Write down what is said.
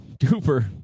duper